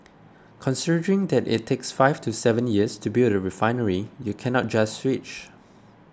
considering that it takes five to seven years to build a refinery you cannot just switch